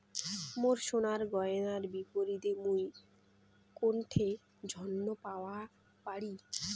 মোর সোনার গয়নার বিপরীতে মুই কোনঠে ঋণ পাওয়া পারি?